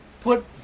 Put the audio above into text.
put